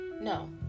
no